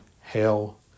hell